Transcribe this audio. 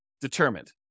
determined